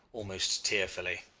almost tearfully.